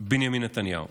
בנימין נתניהו